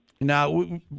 Now